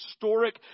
historic